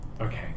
Okay